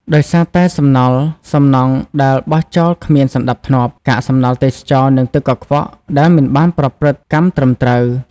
ដោយសារតែ សំណល់សំណង់ ដែលបោះចោលគ្មានសណ្ដាប់ធ្នាប់ កាកសំណល់ទេសចរណ៍ និង ទឹកកខ្វក់ ដែលមិនបានប្រព្រឹត្តកម្មត្រឹមត្រូវ។